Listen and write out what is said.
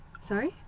sorry